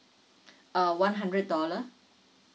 uh one hundred dollar